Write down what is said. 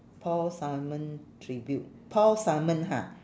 paul simon tribute paul simon ha